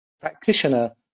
practitioner